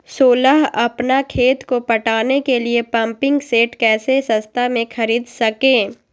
सोलह अपना खेत को पटाने के लिए पम्पिंग सेट कैसे सस्ता मे खरीद सके?